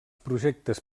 projectes